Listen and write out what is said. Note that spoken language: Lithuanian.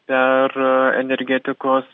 per energetikos